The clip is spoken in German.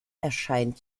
erscheint